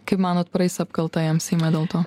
kaip manot praeis apkalta jam seime dėl to